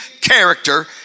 character